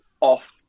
off